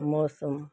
ਮੌਸਮ